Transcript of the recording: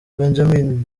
benjamin